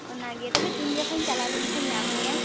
ᱚᱱᱟᱜᱮ ᱛᱚᱵᱮ ᱛᱤᱱ ᱡᱚᱠᱷᱚᱱᱤᱧ ᱪᱟᱞᱟᱣ ᱞᱮᱱᱠᱷᱟᱱ ᱧᱟᱢ ᱢᱮᱭᱟ